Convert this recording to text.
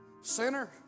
sinner